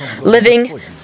living